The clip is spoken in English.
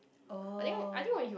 oh